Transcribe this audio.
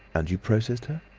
and you processed her?